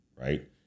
right